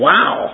Wow